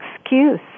excuse